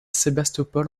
sébastopol